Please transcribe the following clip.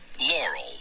Laurel